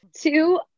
Two